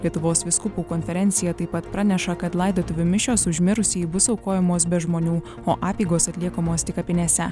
lietuvos vyskupų konferencija taip pat praneša kad laidotuvių mišios už mirusįjį bus aukojamos be žmonių o apeigos atliekamos tik kapinėse